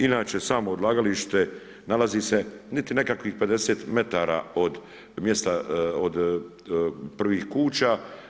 Inače samo odlagalište nalazi se niti nekakvih 50 metara od mjesta, od prvih kuća.